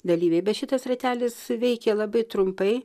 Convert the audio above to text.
dalyviai bet šitas ratelis veikė labai trumpai